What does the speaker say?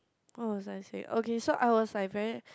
what was I say okay so I was like very